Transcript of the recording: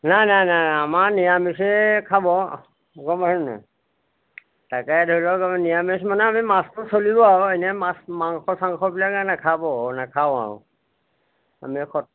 নাই নাই নাই আমাৰ নিৰামিষেই খাব গম পাইছে নাই তাকে ধৰি লওক নিৰামিষ মানে আমি মাছটো চলিব আৰু এনেই মাছ মাংস চাংসবিলাকে নাখাব নাখাওঁ আৰু আমি